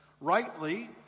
Rightly